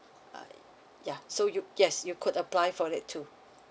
uh ya so you yes you could apply for it too